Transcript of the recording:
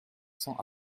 cents